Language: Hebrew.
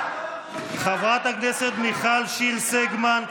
חברת הכנסת מיכל שיר סגמן,